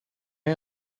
این